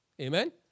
Amen